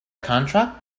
contract